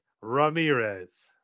Ramirez